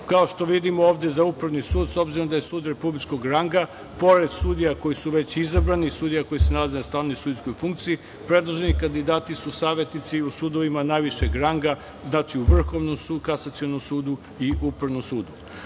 što vidimo ovde sa Upravni sud, s obzirom da je sud republičkog ranga, pored sudija koji su već izabrani, sudije koji se nalazi na stalnoj sudijskoj funkciji, predloženi kandidati su savetnici u sudovima najvišeg ranga, znači, u Vrhovnom kasacionom sudu i Upravnom sudu.Za